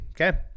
Okay